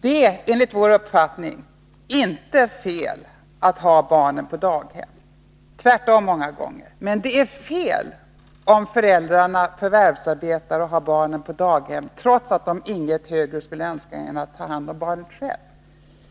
Det är enligt vår uppfattning inte fel att ha barnen på daghem — tvärtom många gånger. Men det är fel om föräldrarna förvärvsarbetar och har sitt barn på daghem, trots att de inget högre önskar än att själva få ta hand om sitt barn.